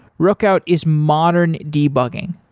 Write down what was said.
rookout is modern debugging.